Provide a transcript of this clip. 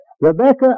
Rebecca